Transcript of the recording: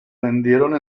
vendieron